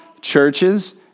churches